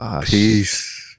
Peace